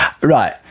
Right